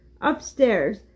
Upstairs